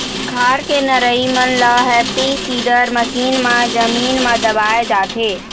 खार के नरई मन ल हैपी सीडर मसीन म जमीन म दबाए जाथे